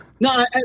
No